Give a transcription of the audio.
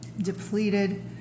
depleted